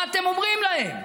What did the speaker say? מה אתם אומרים להם?